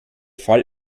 fall